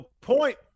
point